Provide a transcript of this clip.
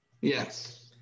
Yes